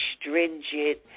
stringent